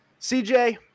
CJ